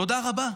תודה רבה.